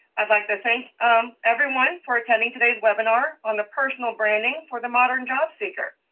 i'd like to thank um everyone for attending today's webinar on the personal branding for the modern job seeker.